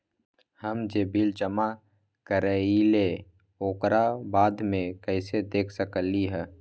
हम जे बिल जमा करईले ओकरा बाद में कैसे देख सकलि ह?